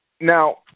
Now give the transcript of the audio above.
Now